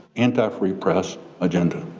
anti-free press agenda.